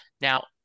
Now